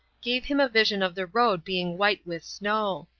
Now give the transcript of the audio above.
gave him a vision of the road being white with snow.